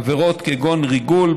עבירות כגון ריגול,